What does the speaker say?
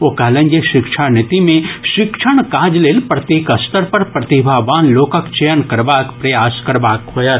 ओ कहलनि जे शिक्षा नीति मे शिक्षण काज लेल प्रत्येक स्तर पर प्रतिभावान लोकक चयन करबाक प्रयास करबाक होयत